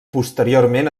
posteriorment